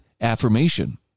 affirmation